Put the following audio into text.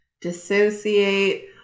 dissociate